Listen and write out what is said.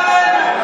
לא עלינו.